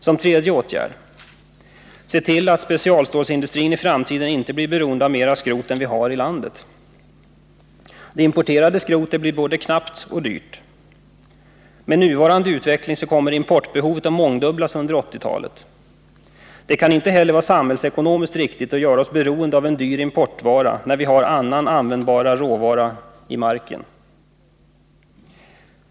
Som tredje åtgärd: Se till att specialstålsindustrin i framtiden inte blir beroende av mera skrot än vi har här i landet! Det importerade skrotet blir både knappt och dyrt. Med nuvarande utveckling kommer importbehovet att mångdubblas under 1980-talet. Det kan heller inte vara samhällsekonomiskt riktigt att göra oss beroende av en dyr importvara när vi har en annan användbar råvara i marken.